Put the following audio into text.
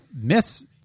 miss